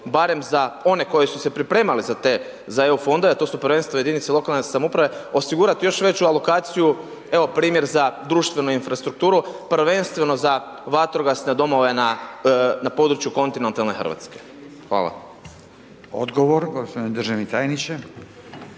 barem za one koji su se pripremali za te, za EU fondove, a to su prvenstveno jedinice lokalne samouprave osigurati još veću alokaciju. Evo primjer za društvenu infrastrukturu prvenstveno za vatrogasne domove na području kontinentalne Hrvatske. Hvala. **Radin, Furio (Nezavisni)**